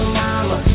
mama